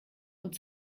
und